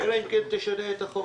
אלא אם כן תשנה את החוק.